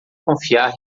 confiar